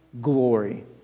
glory